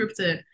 scripted